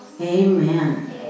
Amen